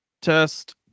test